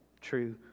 true